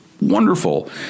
wonderful